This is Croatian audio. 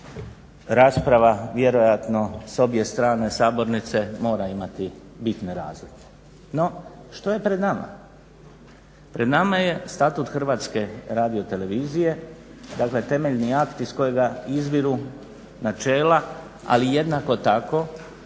rasprava vjerojatno s obje strane sabornice mora imati bitne razlike. No što je pred nama? Pred nama je Statut HRT-a, dakle temeljni akt iz kojega izviru načela, ali jednako tako